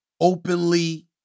openly